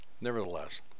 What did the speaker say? nevertheless